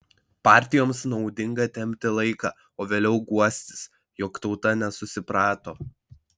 partijoms naudinga tempti laiką o vėliau guostis jog tauta nesusiprato